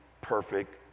perfect